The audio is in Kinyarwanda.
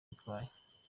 bitwaye